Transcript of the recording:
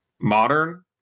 modern